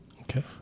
Okay